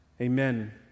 Amen